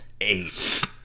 Eight